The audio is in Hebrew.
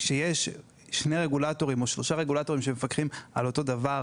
כשיש שניים או שלושה רגולטורים שמפקחים על אותו הדבר